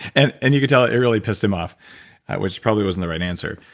and and you could tell it really pissed him off which probably wasn't the right answer.